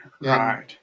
right